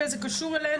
זה קשור אלינו.